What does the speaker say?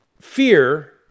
fear